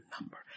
number